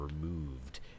removed